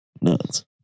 nuts